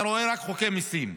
אתה רואה רק חוקי מיסים,